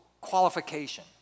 qualification